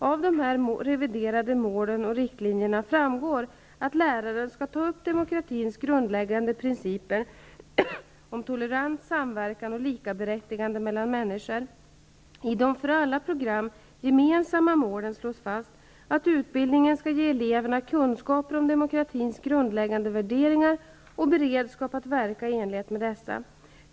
Av dessa reviderade mål och rikt linjer framgår att läraren skall ta upp demokra tins grundläggande principer om tolerans, sam verkan och likaberättigande mellan människor. I de för alla program gemensamma målen slås fast att utbildningen skall ge eleverna kunskaper om demokratins grundläggande värderingar och be redskap att verka i enlighet med dessa.